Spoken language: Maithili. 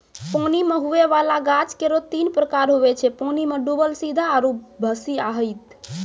पानी मे हुवै वाला गाछ केरो तीन प्रकार हुवै छै पानी मे डुबल सीधा आरु भसिआइत